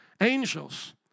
Angels